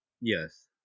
Yes